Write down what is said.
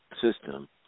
system